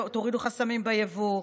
תורידו חסמים ביבוא.